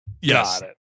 yes